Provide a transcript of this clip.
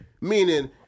meaning